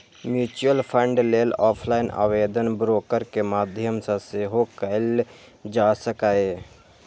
mutual fund लेल offline आवेदन broker के माध्यम सं सेहो कैल जा सकैए